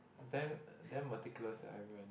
is damn damn meticulous eh I